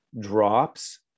drops